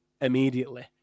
immediately